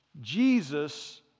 Jesus